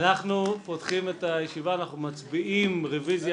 אנחנו פותחים את הישיבה ואנחנו מצביעים על רוויזיה